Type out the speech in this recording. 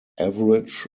average